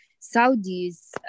saudis